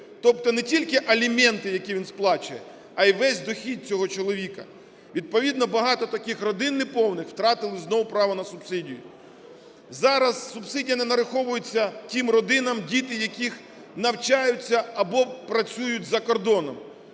Тобто не тільки аліменти, які він сплачує, а і весь дохід цього чоловіка. Відповідно багато таких родин неповних втратили знову право на субсидії. Зараз субсидія не нараховується тим родинам, діти яких навчаються або працюють за кордоном.